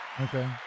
Okay